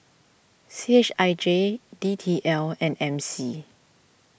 C H I J D T L and M C